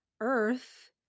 earth